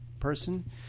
person